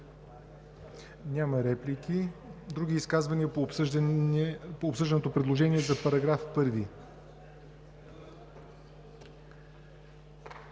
за реплики. Други изказвания по обсъжданото предложение за § 1.